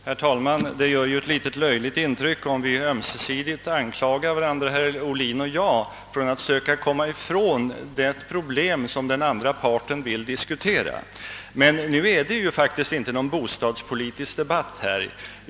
Herr talman! Det gör ju ett litet löjligt intryck att herr Ohlin och jag ömsesidigt anklagar varandra för att försöka komma ifrån det problem som den andra parten vill diskutera, men nu är detta faktiskt inte någon bostadspolitisk debatt.